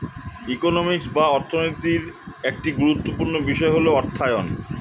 economics বা অর্থনীতির একটি গুরুত্বপূর্ণ বিষয় হল অর্থায়ন